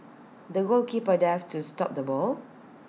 the goalkeeper dived to stop the ball